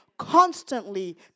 Constantly